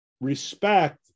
respect